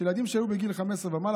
שילדים שהיו בגיל 15 ומעלה,